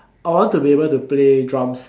I want to be able to play drums